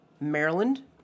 Maryland